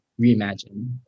reimagine